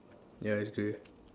ya it's grey